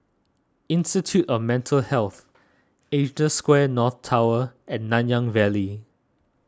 Institute of Mental Health Asia Square North Tower and Nanyang Valley